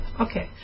Okay